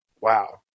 Wow